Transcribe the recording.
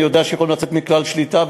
אני יודע שהם עלולים לצאת מכלל שליטה,